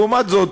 לעומת זאת,